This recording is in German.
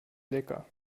lecker